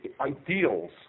ideals